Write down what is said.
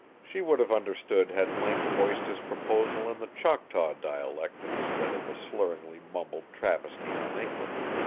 she would have understood had link voiced his proposal in the choctaw dialect instead of a slurringly mumbled travesty on english.